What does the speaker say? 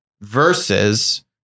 versus